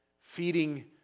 feeding